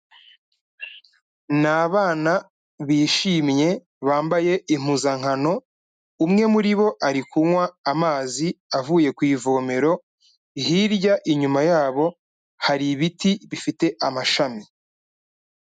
Ni abana bishimye, bambaye impuzankano, umwe muri bo ari kunywa amazi avuye ku ivomero, hirya inyuma yabo, hari ibiti bifite amashami.